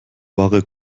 ware